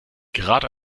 gerade